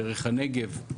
דרך הנגב,